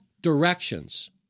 directions